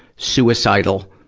suicidal,